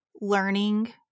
learning